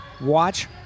Watch